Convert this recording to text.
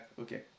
okay